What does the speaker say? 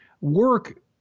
Work